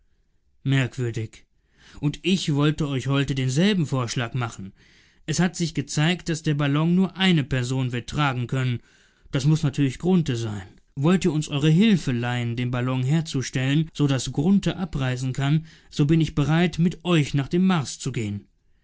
merkwürdig und ich wollte euch heute denselben vorschlag machen es hat sich gezeigt daß der ballon nur eine person wird tragen können das muß natürlich grunthe sein wollt ihr uns eure hilfe leihen den ballon herzustellen so daß grunthe abreisen kann so bin ich bereit mit euch nach dem mars zu gehen